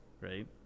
right